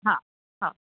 હા હા